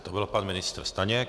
To byl pan ministr Staněk.